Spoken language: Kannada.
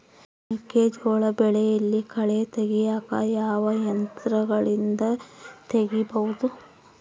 ಮೆಕ್ಕೆಜೋಳ ಬೆಳೆಯಲ್ಲಿ ಕಳೆ ತೆಗಿಯಾಕ ಯಾವ ಯಂತ್ರಗಳಿಂದ ತೆಗಿಬಹುದು?